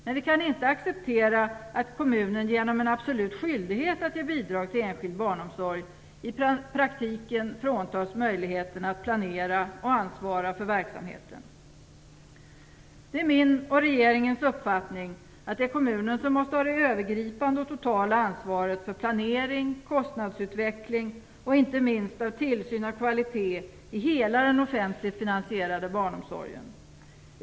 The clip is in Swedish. Men vi kan inte acceptera att kommunen genom en absolut skyldighet att ge bidrag till enskild barnomsorg i praktiken fråntas möjligheterna att planera och ansvara för verksamheten. Det är min och regeringens uppfattning att det är kommunerna som måste ha det övergripande och totala ansvaret för planering, kostnadsutveckling och inte minst tillsyn av kvalitet i hela den offentligt finansierade barnomsorgen.